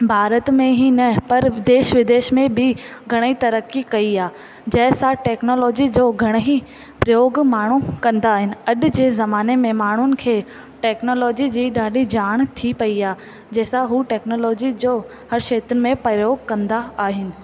भारत में ई न पर विदेश विदेश में बि घणई तरक़ी कई आहे जंहिं सां टेक्नोलोजी जो घणे ई प्रयोग माण्हूं कंदा आहिनि अॼु जे ज़माने में माण्हुनि खे टेक्नोलोजी जी ॾाढी जाणु थी पई आहे जंहिं सां हू टेक्नोलोजी जो हरु क्षेत्र में प्रयोग कंदा आहिनि